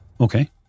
Okay